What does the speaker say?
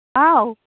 ꯍꯥꯎ